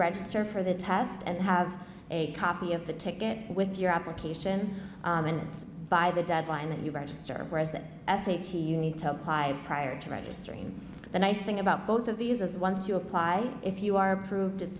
register for the test and have a copy of the ticket with your application and by the deadline that you register whereas that sh t you need to apply prior to registering the nice thing about both of us as once you apply if you are approved i